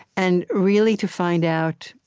and really to find out,